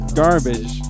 garbage